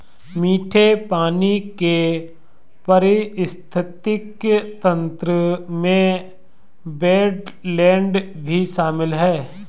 मीठे पानी के पारिस्थितिक तंत्र में वेट्लैन्ड भी शामिल है